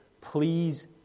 please